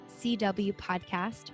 CWPODCAST